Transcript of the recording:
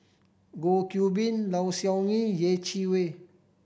Goh Qiu Bin Low Siew Nghee Yeh Chi Wei